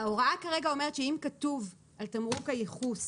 ההוראה כרגע אומרת שאם כתוב על תמרוק הייחוס